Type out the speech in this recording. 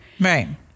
Right